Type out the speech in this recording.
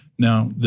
Now